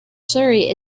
surrey